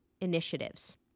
initiatives